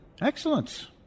Excellent